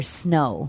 snow